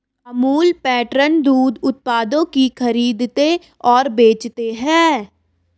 Amul pattern दूध उत्पादों की खरीदते और बेचते है